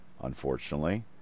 unfortunately